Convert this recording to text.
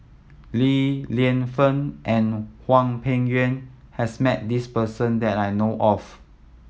Li Lienfung and Hwang Peng Yuan has met this person that I know of